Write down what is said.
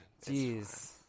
Jeez